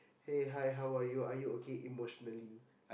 hey hi how are you are you okay emotionally